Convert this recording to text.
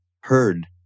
heard